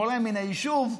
הורה מן היישוב,